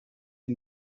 die